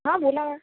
बोला